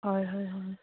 হয় হয় হয়